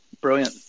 brilliant